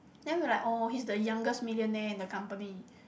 then we like oh he is the youngest millionaire in the company